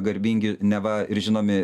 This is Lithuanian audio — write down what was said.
garbingi neva ir žinomi